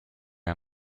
are